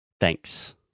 Thanks